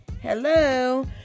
Hello